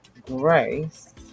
Grace